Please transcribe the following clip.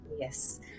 yes